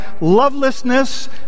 lovelessness